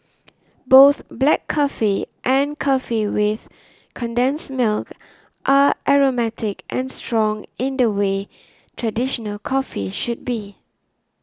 both black coffee and coffee with condensed milk are aromatic and strong in the way traditional coffee should be